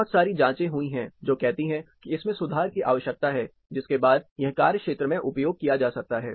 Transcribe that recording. बहुत सारी जाँचें हुई हैं जो कहती हैं कि इसमें सुधार की आवश्यकता है जिसके बाद यह कार्य क्षेत्र में उपयोग किया जा सकता है